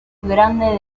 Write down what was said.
grande